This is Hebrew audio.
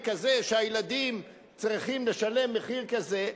הילדים צריכים לשלם מחיר כזה,